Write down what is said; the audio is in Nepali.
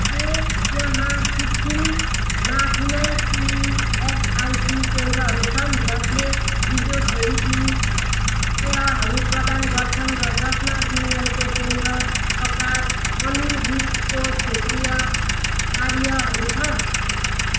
के त्यहाँ सिक्किममा कुनै इएसआइसी केन्द्रहरू छन् जसले फिजियोथेरापी सेवाहरू प्रदान गर्छन् र जसमा तिनीहरूको केन्द्र प्रकार अनुरूपको क्षेत्रीय कार्यहरू छ